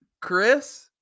Chris